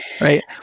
right